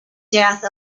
death